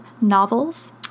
novels